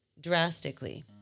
drastically